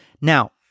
Now